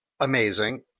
amazing